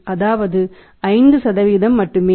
அதாவது 5 மட்டுமே